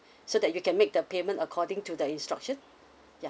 so that you can make the payment according to the instruction ya